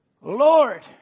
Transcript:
Lord